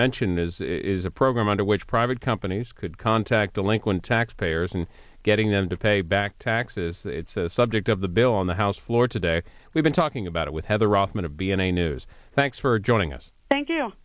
mentioned is a program under which private companies could contact delinquent tax payers and getting them to pay back taxes it's a subject of the bill on the house floor today we've been talking about it with heather rothman of b n a news thanks for joining us thank you